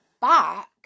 back